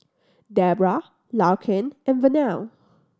Debrah Larkin and Vernell